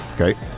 Okay